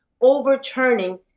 overturning